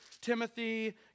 Timothy